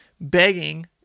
begging